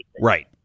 right